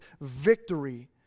victory